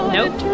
Nope